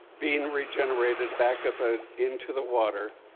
being regenerated back up ah into the water,